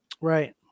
right